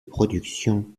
production